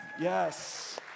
Yes